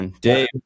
Dave